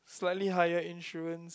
slightly higher insurance